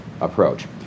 approach